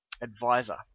advisor